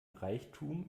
reichtum